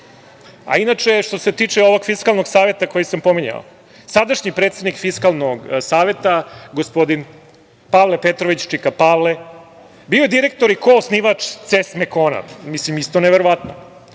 inače što se tiče ovog Fiskalnog saveta koji sam pominjao, sadašnji predsednik Fiskalnog saveta, gospodin Pavle Petrović, čika Pavle bio je direktor i koosnivač „CES Mekona“. Mislim, isto neverovanoPrema